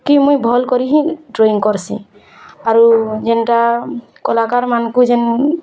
କି ମୁଇଁ ଭଲ୍କରି ହିଁ ଡ଼୍ରଇଁ କର୍ସି ଆରୁ ଯେଣ୍ଟା କଲାକାର୍ମାନଙ୍କୁ ଯେନ୍